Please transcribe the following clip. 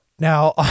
Now